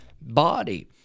body